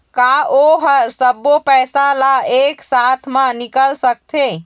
का ओ हर सब्बो पैसा ला एक साथ म निकल सकथे?